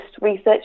research